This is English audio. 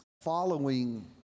Following